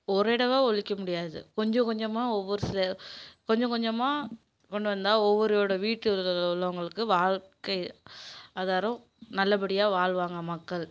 ஒரேடியாகவே ஒழிக்க முடியாது கொஞ்சம் கொஞ்சமாக ஒவ்வொரு சில கொஞ்சம் கொஞ்சமாக கொண்டு வந்தால் ஒவ்வொரு வீட்டில் இருக்க உள்ளவங்களுக்கு வாழ்க்கை ஆதாரம் நல்லபடியாக வாழ்வாங்க மக்கள்